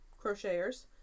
crocheters